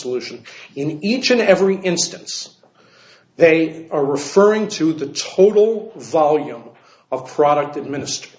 solution in each and every instance they are referring to the total volume of product that minister